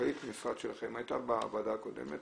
מנכ"לית המשרד שלכם הייתה בוועדה הקודמת,